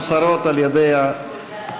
מוסרות על ידי המסתייגים.